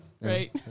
Right